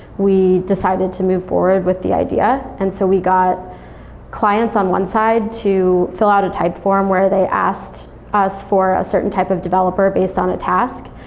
we decided to move forward with the idea and so we got clients on one side to fill out a type form, where they asked us for a certain type of developer based on a task.